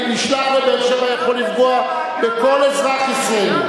שנשלח לבאר-שבע יכול לפגוע בכל אזרח ישראלי.